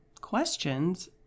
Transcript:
questions